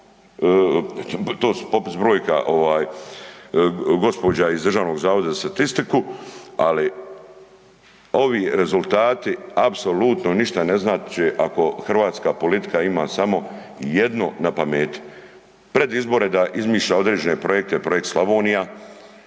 to je popis brojki gospođa iz DZS-a, ali ovi rezultati apsolutno ništa ne znače ako hrvatska politika ima samo jedno na pameti, pred izbore da izmišlja određene projekte, Projekt Slavonija